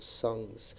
songs